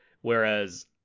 Whereas